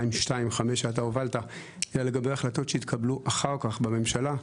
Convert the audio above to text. שאתה הובלת אלא לגבי החלטות שהתקבלו אחר כך בממשלה.